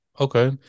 Okay